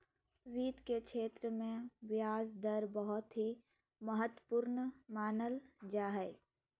वित्त के क्षेत्र मे ब्याज दर बहुत ही महत्वपूर्ण मानल जा हय